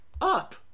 up